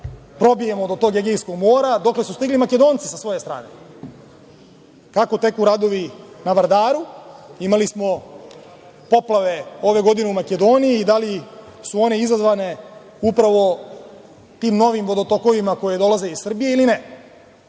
probijemo do Egejskog mora dokle su stigli Makedonci sa svoje strane? Kako teku radovi na Vardaru? Imali smo poplave ove godine u Makedoniji i da li su one izazvane upravo tim novim vodotokovima koji dolaze iz Srbije ili ne.